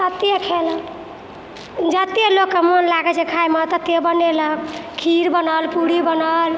ततेक खेलक जतेक लोकके मोन लागै छै खाइमे ततेक बनेलक खीर बनल पूड़ी बनल